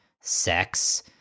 sex